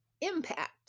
impact